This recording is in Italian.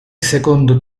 secondo